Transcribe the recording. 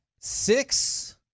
Six